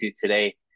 today